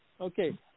Okay